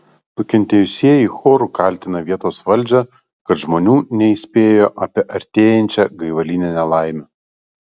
nukentėjusieji choru kaltina vietos valdžią kad žmonių neįspėjo apie artėjančią gaivalinę nelaimę